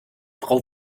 frau